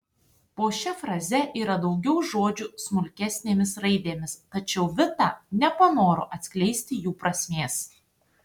po šia fraze yra daugiau žodžių smulkesnėmis raidėmis tačiau vita nepanoro atskleisti jų prasmės